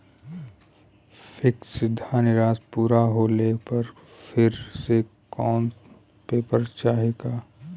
Fix धनराशी पूरा होले पर फिर से कौनो पेपर चाही का?